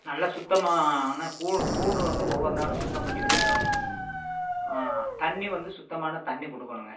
நல்ல சுத்தமான கு கூடு வந்து ஒவ்வொரு நாளும் சுத்தம் பண்ணி வச்சுக்கறணும் தண்ணி வந்து சுத்தமான தண்ணி கொடுக்கணுங்க